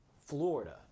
Florida